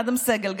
אדם סגל,